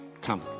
Come